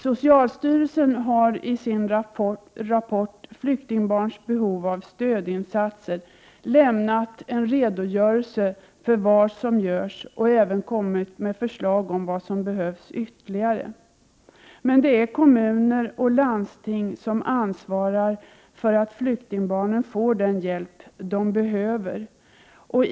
Socialstyrelsen har i sin rapport Flyktingbarns behov av stödinsatser lämnat en redogörelse för vad som görs och även kommit med förslag om vad som behövs ytterligare. Men det är kommuner och landsting som ansvarar för att flyktingbarnen får den hjälp de behöver.